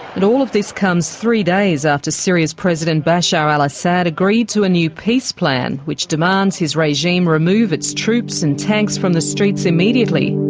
and all of this comes three days after syria's president bashar al-assad agreed to a new peace plan which demands his regime remove its troops and tanks from the streets immediately.